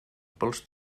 pels